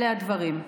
אלה הדברים.